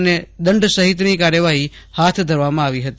અને દંડ સહિતની કાર્યવાહી કરવામાં આવી હતી